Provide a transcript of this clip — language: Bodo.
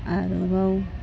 आरोबाव